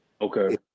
Okay